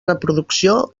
reproducció